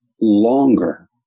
longer